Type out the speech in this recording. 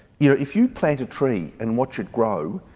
you know if you plant a tree and watch it grow,